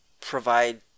provide